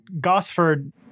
gosford